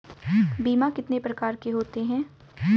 बीमा कितने प्रकार के होते हैं?